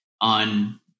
on